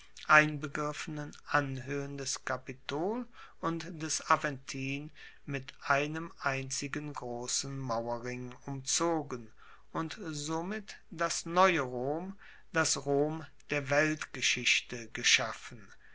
einbegriffenen anhoehen des kapitol und des aventin mit einem einzigen grossen mauerring umzogen und somit das neue rom das rom der weltgeschichte geschaffen